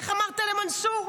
איך אמרת למנסור?